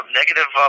negative